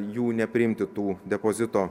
jų nepriimti tų depozito